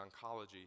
oncology